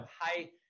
high